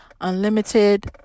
unlimited